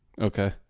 Okay